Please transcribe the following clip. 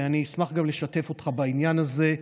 ואני אשמח גם לשתף אותך בעניין הזה,